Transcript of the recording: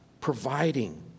providing